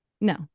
no